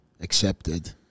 accepted